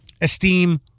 esteem